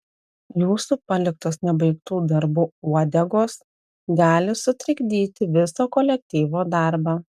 jūsų paliktos nebaigtų darbų uodegos gali sutrikdyti viso kolektyvo darbą